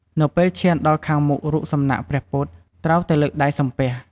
នៅពេលឈានដល់ខាងមុខរូបសំណាកព្រះពុទ្ធ ត្រូវតែលើកដៃសំពះ។